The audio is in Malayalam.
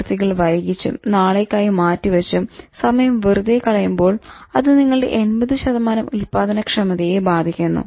പ്രവർത്തികൾ വൈകിച്ചും നാളേക്കായി മാറ്റി വച്ചും സമയം വെറുതെ കളയുമ്പോൾ അത് നിങ്ങളുടെ 80 ഉൽപ്പാദനക്ഷമതയെ ബാധിക്കുന്നു